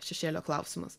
šešėlio klausimas